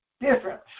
different